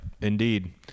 indeed